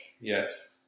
Yes